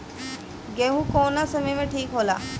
गेहू कौना समय मे ठिक होला?